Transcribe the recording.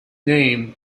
name